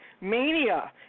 Mania